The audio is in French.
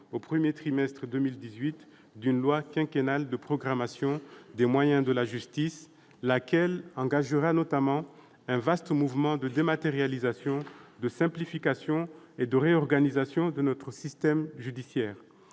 au premier trimestre 2018 d'une loi quinquennale de programmation des moyens de la justice, laquelle engagera notamment un vaste mouvement de dématérialisation, de simplification et de réorganisation de notre système judiciaire.